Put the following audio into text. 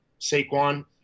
Saquon